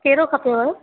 कहिड़ो खपेव